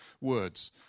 words